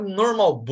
normal